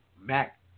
Mac